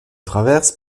traverse